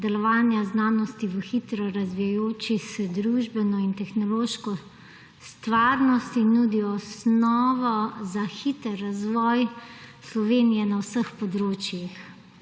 delovanja znanosti v hitro razvijajoči se družbeno in tehnološko stvarnost in nudi osnovo za hiter razvoj Slovenije na vseh področjih.